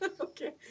Okay